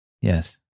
yes